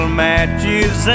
matches